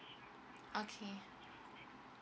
okay